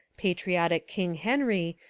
patriotic king henry,